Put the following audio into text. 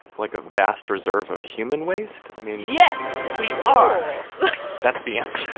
like, a vast reserve of human waste? i mean. yes we are ooh that's the answer?